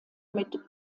mit